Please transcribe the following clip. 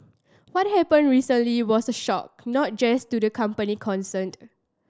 what happened recently was a shock not just to the company concerned